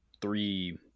three